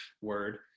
word